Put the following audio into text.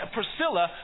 Priscilla